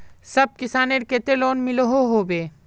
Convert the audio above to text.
सब किसानेर केते लोन मिलोहो होबे?